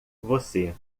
você